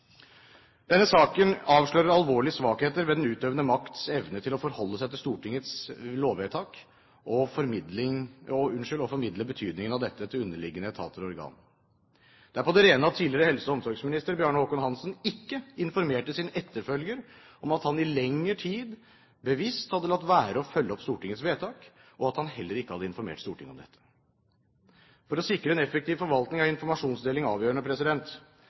Denne saken avslører alvorlige svakheter ved den utøvende makts evne til å forholde seg til Stortingets lovvedtak og til å formidle betydningen av dette til underliggende etater og organ. Det er på det rene at tidligere helse- og omsorgsminister Bjarne Håkon Hanssen ikke informerte sin etterfølger om at han i lengre tid bevisst hadde latt være å følge opp Stortingets vedtak, og at han heller ikke hadde informert Stortinget om dette. For å sikre en effektiv forvaltning er informasjonsdeling avgjørende.